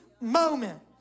moment